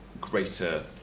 greater